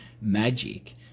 magic